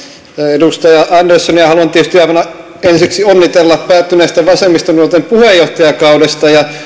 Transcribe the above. edustaja anderssonia haluan tietysti aivan ensiksi onnitella päättyneestä vasemmistonuorten puheenjohtajakaudesta